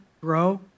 grow